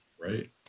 right